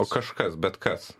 o kažkas bet kas